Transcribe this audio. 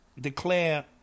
declare